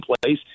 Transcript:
place